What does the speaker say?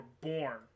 born